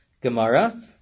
Gemara